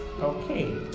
okay